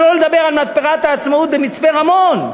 שלא לדבר על מתפרת "העצמאות" במצפה-רמון,